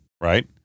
right